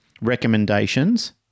recommendations